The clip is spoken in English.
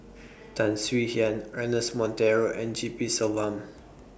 Tan Swie Hian Ernest Monteiro and G P Selvam